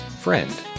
friend